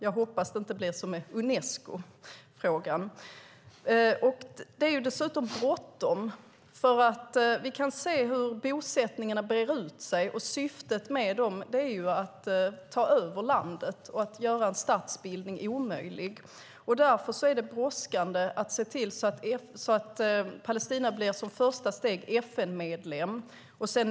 Jag hoppas att det inte blir som i Unescofrågan. Det är bråttom. Bosättningarna brer ut sig, och syftet med dem är att ta över landet och göra en statsbildning omöjlig. Därför är det brådskande att se till att Palestina som ett första steg blir FN-medlem.